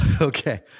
Okay